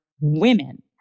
women